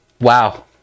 Wow